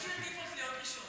ברושי תמיד אוהב להיות ראשון.